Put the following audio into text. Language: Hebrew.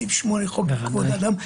את סעיף 8 לחוק כבוד האדם,